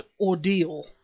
ordeal